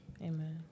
amen